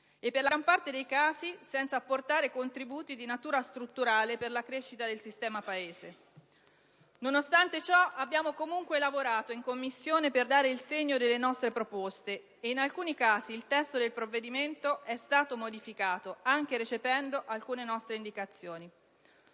e, per la gran parte dei casi, senza apportare contributi di natura strutturale per la crescita del sistema Paese. Nonostante ciò, abbiamo comunque lavorato in Commissione per dare il segno delle nostre proposte ed in alcuni casi il testo del provvedimento è stato modificato anche recependo alcune nostre indicazioni.